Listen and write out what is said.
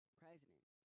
president